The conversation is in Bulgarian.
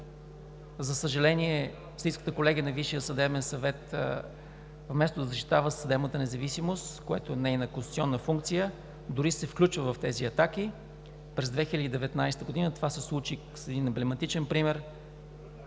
За съжаление, Софийската колегия на Висшия съдебен съвет, вместо да защитава съдебната независимост, което е нейна конституционна функция, дори се включва в тези атаки. През 2019 г. това се случи с един емблематичен пример